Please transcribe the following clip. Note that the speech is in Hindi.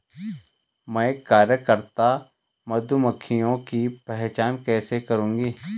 मैं कार्यकर्ता मधुमक्खियों की पहचान कैसे करूंगी?